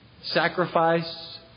sacrifice